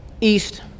east